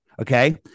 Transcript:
Okay